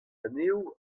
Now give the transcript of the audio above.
anezho